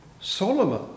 Solomon